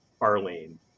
Arlene